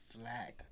flag